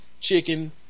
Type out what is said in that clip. chicken